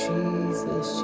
Jesus